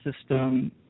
system